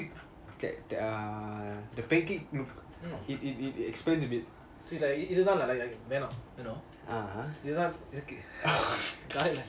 mmhmm இது தான் வேணும்:ithu thaan venum you know இது தான் இருக்கு காலைல:ithu thaan iruku kalaila